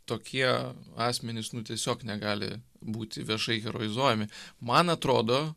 tokie asmenys nu tiesiog negali būti viešai heroizuojami man atrodo